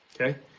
okay